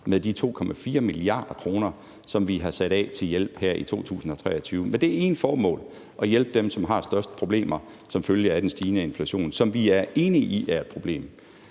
med de 2,4 mia. kr., som vi har sat af til hjælp her i 2023 med det ene formål at hjælpe dem, som har de største problemer som følge af den stigende inflation, som vi er enige i er et problem.